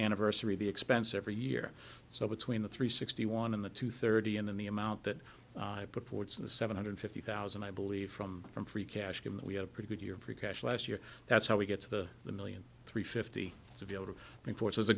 anniversary the expense every year so between the three sixty one and the two thirty and then the amount that i put forward in the seven hundred fifty thousand i believe from from free cash in that we have a pretty good year for cash last year that's how we get to the million three fifty to be able to enforce was a